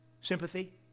sympathy